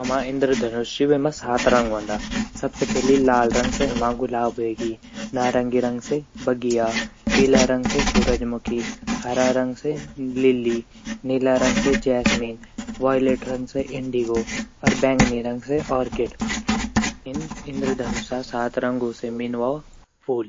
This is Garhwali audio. जु हमा इंद्रधनुष ची वेमा सात रंग वोन्दा सबसे पहली लाल रंग से हम गुलाब वेगि नारंगी रंग से बगिया पीला रंग से सूरजमुखी हरा रंग से लिल्ली नीला रंग से जैस्मिन वायलेट रंग से इंडिगो अर बैगनी रंग से आर्किड यु छिन इन्द्रधनुषा साथ रंगू से मिन ववा फूल।